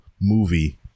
movie